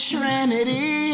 Trinity